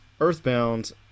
Earthbound